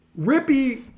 Rippy